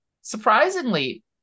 Surprisingly